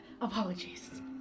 apologies